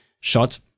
shot